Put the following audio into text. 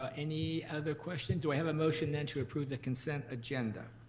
ah any other question? do i have a motion, then, to approve the consent agenda?